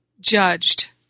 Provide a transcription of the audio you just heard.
judged